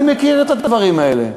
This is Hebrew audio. אני מכיר את הדברים האלה,